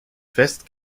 fest